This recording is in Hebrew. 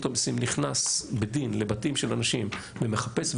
המיסים נכנסת בדין לבתים של אנשים ומחפשת,